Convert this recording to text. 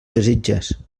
desitges